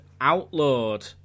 Outlawed